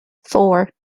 four